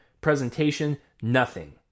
presentation—nothing